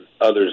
others